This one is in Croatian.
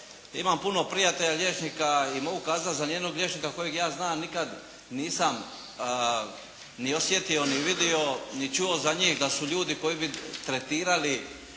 imam puno prijatelja liječnika i mogu kazati za ni jednog liječnika kojeg ja znam nikad nisam ni osjetio, ni vidio, ni čuo za njih da su ljudi koji bi tretirali